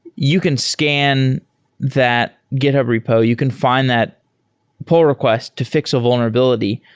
you can scan that github repo. you can fi nd that pull request to fi x a vulnerability.